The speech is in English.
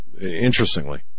interestingly